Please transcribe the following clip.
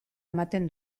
ematen